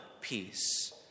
peace